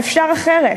שאפשר אחרת.